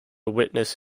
witness